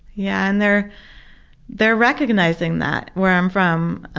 yeah, and they're they're recognizing that, where i'm from.